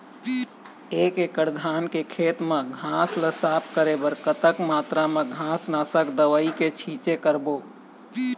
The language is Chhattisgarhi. एक एकड़ धान के खेत मा घास ला साफ करे बर कतक मात्रा मा घास नासक दवई के छींचे करबो?